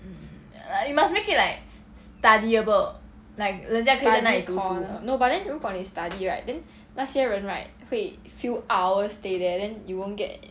study corner no but then 如果你 study right then 那些人 right 会 few hours stay there then you won't get